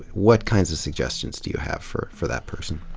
what kinds of suggestions do you have for for that person?